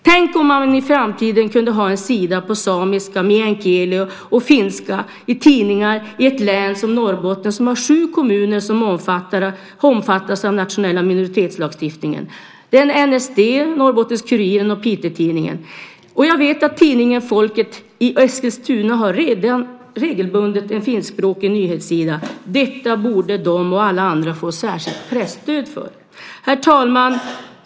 Tänk om man i framtiden kunde ha en sida på samiska, meänkieli och finska i tidningarna i ett län som Norrbotten, som har sju kommuner som omfattas av den nationella minoritetslagstiftningen: NSD, Norrbottenskuriren och Piteå-Tidningen. Jag vet att tidningen Folket i Eskilstuna redan regelbundet har en finskspråkig nyhetssida. Detta borde den tidningen och alla andra tidningar få särskilt presstöd för. Herr talman!